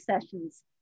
sessions